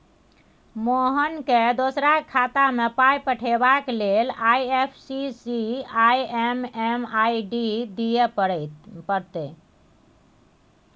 मोहनकेँ दोसराक खातामे पाय पठेबाक लेल आई.एफ.एस.सी आ एम.एम.आई.डी दिअ पड़तै